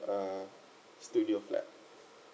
uh studio flat